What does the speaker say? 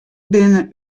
binne